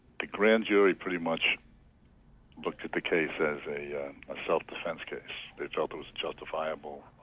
the grand jury pretty much looked at the case as. a a self-defense case. they felt it was a justifiable.